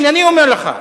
הנה, אני אומר לך,